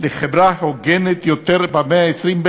לחברה הוגנת יותר במאה ה-21.